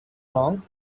wrong